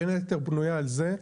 התוכנית בין היתר בנויה על זה,